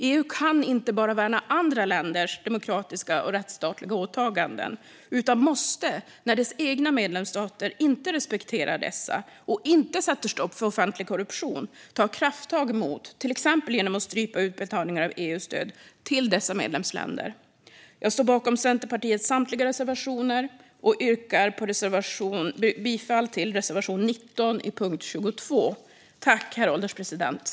EU kan inte bara värna andra länders demokratiska och rättsstatliga åtaganden utan måste när dess egna medlemsstater inte respekterar dessa och inte sätter stopp för offentlig korruption ta krafttag mot detta, till exempel genom att strypa utbetalningar av EU-stöd till dessa medlemsländer. Jag står bakom Centerpartiets samtliga reservationer och yrkar bifall till reservation 19 under punkt 22.